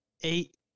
eight